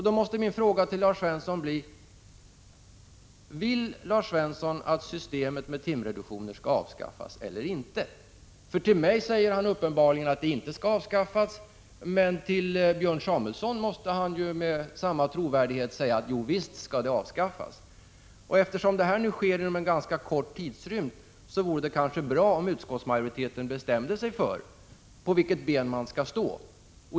Då måste min fråga till Lars Svensson bli: Vill Lars Svensson att systemet med timreduktioner skall avskaffas eller inte? Till mig säger han att det inte skall avskaffas, men till Björn Samuelson måste han uppenbarligen med samma trovärdighet säga: Jo, visst skall de avskaffas. Eftersom avgörandet sker inom en ganska kort tidrymd vore det nog bra om utskottets majoritet bestämde sig för på vilket ben man skall stå.